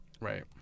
Right